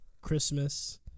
Christmas